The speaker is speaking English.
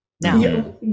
now